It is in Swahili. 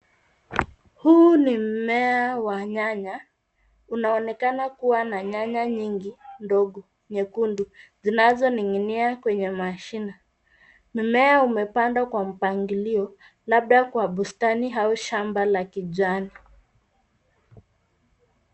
Huu ni mmea wa nyanya, unaonekana kuwa na nyaya nyingi ndogo nyekundu, zinazoning'inia kwenye mashina. Mimea umepandwa kwa mpangilio, labda kwa bustani au shamba ya kijani.